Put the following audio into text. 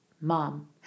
mom